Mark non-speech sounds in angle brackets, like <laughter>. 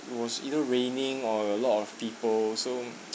<noise> it was either raining or a lot of people so